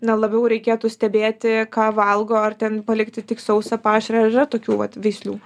na labiau reikėtų stebėti ką valgo ar ten palikti tik sausą pašarą ar yra tokių vat veislių